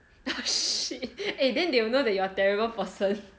oh shit then they will know that you are terrible person